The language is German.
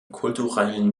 kulturellen